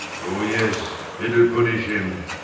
oh, yes itll punish him.